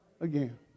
again